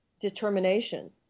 determination